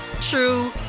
true